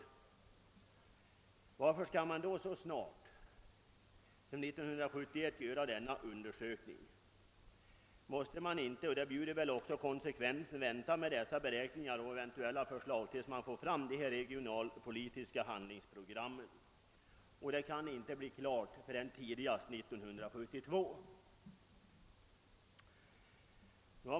Varför skall man då så snart som år 1971 göra denna undersökning? Måste man inte — det bjuder väl konsekvensen — vänta med dessa beräkningar och eventuella förslag tills man fått fram de regionalpolitiska handlingsprogrammen? Och dessa handingsprogram kan ju inte föreligga förrän tidigast år 1972.